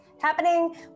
happening